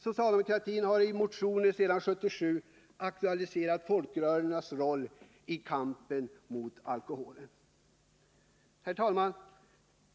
Socialdemokratin har i motioner sedan 1977 aktualiserat folkrörelsernas roll i kampen mot alkoholen. Om åtgärder mot Herr talman!